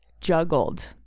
Juggled